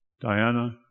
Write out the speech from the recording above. Diana